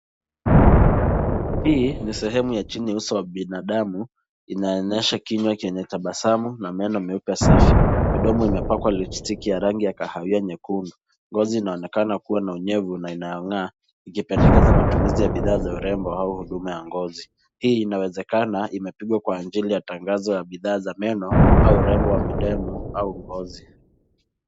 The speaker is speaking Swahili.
Hii ni sehemu ya chini ya uso wa binadamu inaonesha kinywa chenye tabasamu na meno meupe safi. Mdomo umepakwa lipstiki ya rangi ya kahawia nyekundu, ngozi unaonekana kuwa na unyevu na inang'aa ikipendekeza matumizi ya bidhaa za urembo au huduma ya ngozi. Hii inawezekana imepigwa kwa ajili ya tangazo ya bidhaa za meno au urembo wa midomo au ngozi.